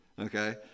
Okay